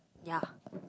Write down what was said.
yea